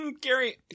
Gary